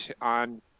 on